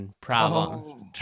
problem